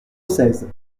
seize